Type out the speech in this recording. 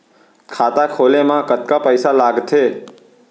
खाता खोले मा कतका पइसा लागथे?